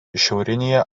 šiaurinėje